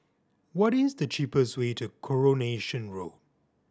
what is the cheapest way to Coronation Road